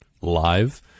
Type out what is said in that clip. live